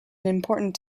important